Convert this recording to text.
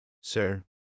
sir